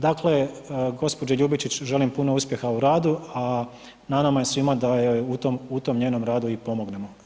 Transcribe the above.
Dakle, gospođi Ljubičić želim puno uspjeha u radu, a na nama je svima da joj u tom njenom radu i pomognemo.